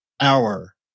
hour